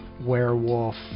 werewolf